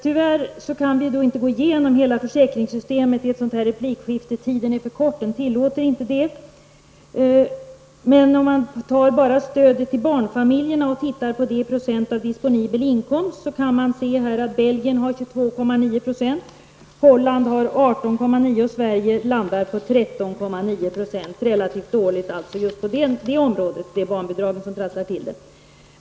Tyvärr kan vi inte i ett sådant här replikskifte gå igenom hela försäkringssystemet -- tiden tillåter inte det. Men om man bara tittar på stödet till barnfamiljerna i procent av disponibel inkomst finner man att det i Belgien är 22,9 % och i Holland 18,9 %, medan Sverige landar på 13,9 %. Det är alltså relativt dåligt på det området. Det är barnbidraget som trasslar till det.